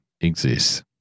exists